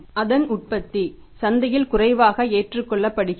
அதன் உற்பத்தி சந்தையில் குறைவாக ஏற்றுக்கொள்ளப்படுகிறது